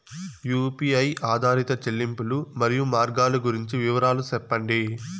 UPI ఆధారిత చెల్లింపులు, మరియు మార్గాలు గురించి వివరాలు సెప్పండి?